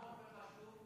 גברתי השרה,